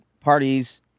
parties